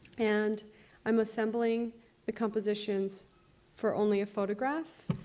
and i'm assembling the compositions for only a photograph,